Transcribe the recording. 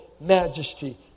majesty